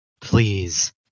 Please